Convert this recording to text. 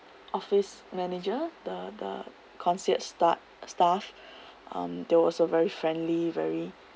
office manager the the concierge start staff um they was a very friendly very